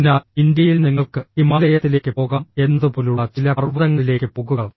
അതിനാൽ ഇന്ത്യയിൽ നിങ്ങൾക്ക് ഹിമാലയത്തിലേക്ക് പോകാം എന്നതുപോലുള്ള ചില പർവതങ്ങളിലേക്ക് പോകുക